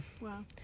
Wow